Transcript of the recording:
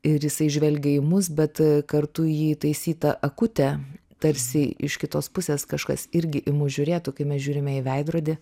ir jisai žvelgia į mus bet kartu į jį įtaisytą akutę tarsi iš kitos pusės kažkas irgi į mus žiūrėtų kai mes žiūrime į veidrodį